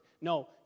No